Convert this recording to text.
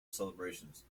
celebrations